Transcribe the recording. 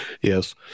yes